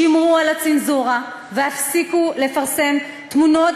שמרו על הצנזורה והפסיקו לפרסם תמונות